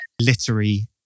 literary